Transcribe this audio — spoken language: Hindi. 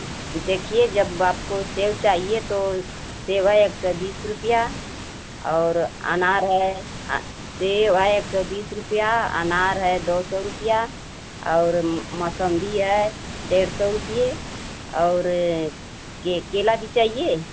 देखिए जब आपको सेब चाहिए तो सेब है एक सौ बीस रूपीया और अनार है सेब है एक सौ बीस रुपया अनार है दो सौ रूपीया और मौसमी है डेढ़ सौ रुपये और केला भी चाहिए